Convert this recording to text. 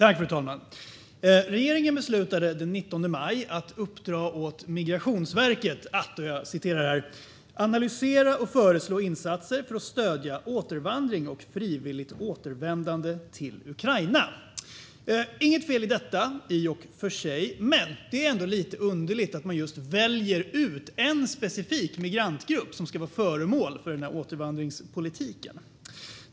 Fru talman! Regeringen beslutade den 19 maj att uppdra åt Migrationsverket att "analysera och föreslå insatser för att stödja återvandring och frivilligt återvändande till Ukraina". Det är i och för sig inget fel i detta, men det är ändå lite underligt att man väljer ut just en specifik migrantgrupp som ska vara föremål för denna återvandringspolitik.